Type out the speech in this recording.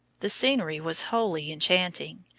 the scenery was wholly enchanting.